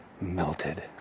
melted